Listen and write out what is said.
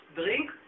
drink